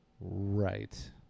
right